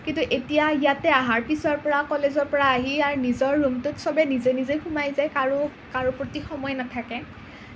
কিন্তু এতিয়া ইয়াতে অহাৰ পিছৰ পৰা কলেজৰ পৰা আহি আৰু নিজৰ ৰুমটোত চবে নিজে নিজে সোমাই যায় কাৰো কাৰোৰ প্ৰতি সময় নাথাকে